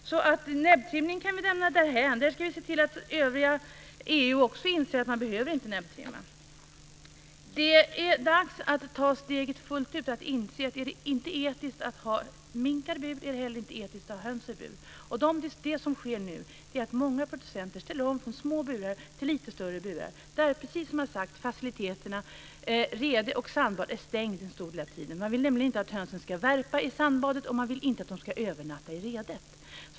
Näbbtrimning kan vi lämna därhän. Sedan ska vi se till att övriga EU också inser att man inte behöver näbbtrimma. Det är dags att ta steget fullt ut och inse att det inte är etiskt att ha minkar i bur, inte heller etiskt att ha höns i bur. Det som nu sker är att många producenter ställer om från små burar till lite större burar där, precis som man har sagt, faciliteterna rede och sandbad är stängda en stor del av tiden. Man vill inte att hönsen ska värpa i sandbadet, och man vill inte att de ska övernatta i redet.